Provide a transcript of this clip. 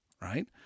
right